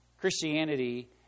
Christianity